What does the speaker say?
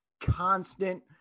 constant